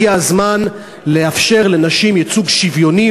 הגיע הזמן לאפשר לנשים ייצוג שוויוני,